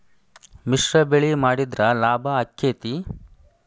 ಮಿಶ್ರ ಬೆಳಿ ಮಾಡಿದ್ರ ಲಾಭ ಆಕ್ಕೆತಿ?